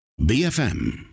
BFM